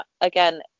again